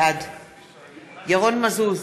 בעד ירון מזוז,